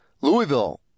Louisville